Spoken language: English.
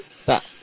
stop